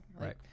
right